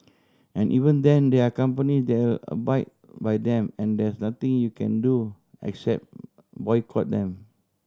and even then there are company that by by them and there's nothing you can do except boycott them